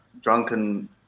Drunken